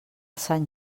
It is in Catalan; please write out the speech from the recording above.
sant